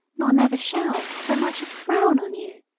nor never shall, so much as frown on you?